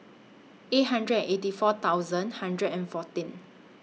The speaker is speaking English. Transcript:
eight hundred and eighty four thousand hundred and fourteen